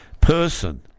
person